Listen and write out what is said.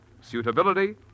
suitability